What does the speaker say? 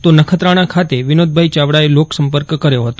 તો નખત્રાણા ખાતે વિનોદભાઇ ચાવડાએ લોકસંપર્ક કર્યો હતો